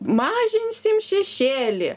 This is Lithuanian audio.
mažinsim šešėlį